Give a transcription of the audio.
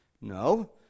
No